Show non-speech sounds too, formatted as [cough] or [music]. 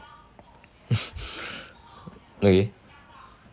[laughs]